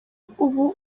ubu